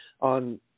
on